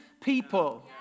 people